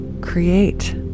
Create